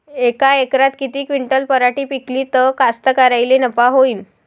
यका एकरात किती क्विंटल पराटी पिकली त कास्तकाराइले नफा होईन?